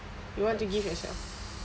advice